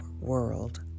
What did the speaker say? world